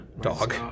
dog